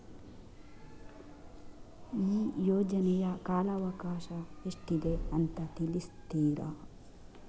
ಈ ಯೋಜನೆಯ ಕಾಲವಕಾಶ ಎಷ್ಟಿದೆ ಅಂತ ತಿಳಿಸ್ತೀರಾ?